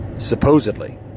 Supposedly